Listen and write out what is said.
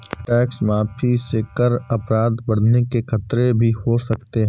tax माफी से कर अपराध बढ़ने के खतरे भी हो सकते हैं